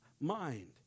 mind